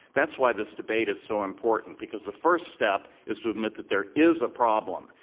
that's why this debate is so important, because the first step is to admit that there is a problem.